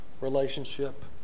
relationship